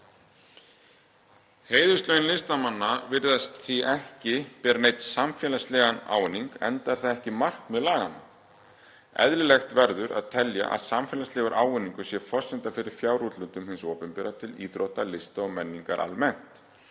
Heiðurslaun listamanna virðast því ekki bera neinn samfélagslegan ávinning, enda er það ekki markmið laganna. Eðlilegt verður að telja að samfélagslegur ávinningur sé forsenda fyrir fjárútlátum hins opinbera til íþrótta, lista og menningar almennt.